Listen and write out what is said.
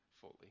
fully